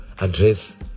address